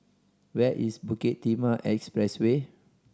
where is Bukit Timah Expressway